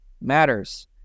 matters